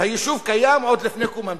שהיישוב קיים עוד לפני קום המדינה?